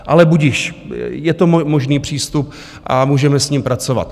Ale budiž, je to možný přístup a můžeme s ním pracovat.